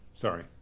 Sorry